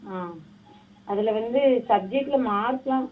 ஆ அதில் வந்து சப்ஜெக்டடில் மார்க்கெலாம்